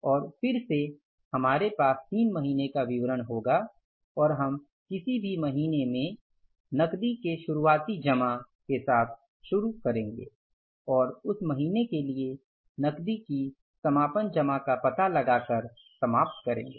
और फिर से हमारे पास तीन महीने का विवरण होगा और हम किसी भी महीने में नकदी के शुरुआती जमा के साथ शुरू करेंगे और उस महीने के लिए नकदी के समापन जमा का पता लगाकर समाप्त करेंगे